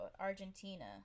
Argentina